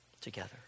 together